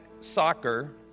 soccer